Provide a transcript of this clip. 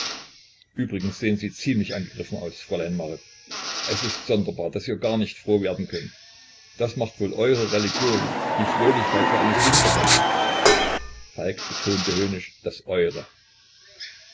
übrigens sehen sie ziemlich angegriffen aus fräulein marit es ist sonderbar daß ihr gar nicht froh werden könnt das macht wohl eure religion die fröhlichkeit für eine sünde hält falk betonte höhnisch das eure